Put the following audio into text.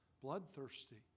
bloodthirsty